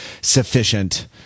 sufficient